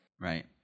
Right